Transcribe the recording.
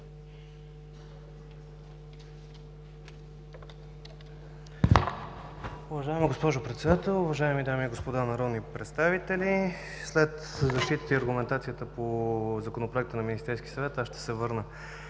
Уважаема госпожо Председател, уважаеми дами и господа народни представители! След защитата и аргументацията по Законопроекта на Министерски съвет, ще се върна